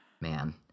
Man